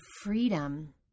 freedom